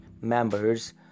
members